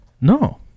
No